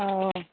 ओ